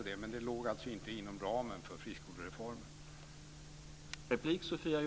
Detta låg alltså inte inom ramen för friskolereformen, men låt oss arbeta vidare på det.